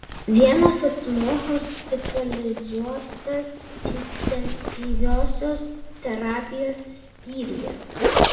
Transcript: vienas asmuo hospitalizuotas intensyviosios terapijos skyriuje